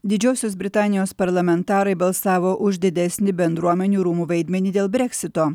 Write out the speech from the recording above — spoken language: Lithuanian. didžiosios britanijos parlamentarai balsavo už didesnį bendruomenių rūmų vaidmenį dėl breksito